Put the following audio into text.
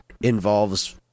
involves